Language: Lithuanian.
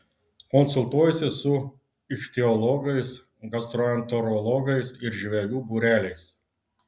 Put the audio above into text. konsultuotasi su ichtiologais gastroenterologais ir žvejų būreliais